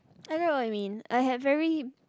I know what I mean I have very